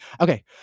okay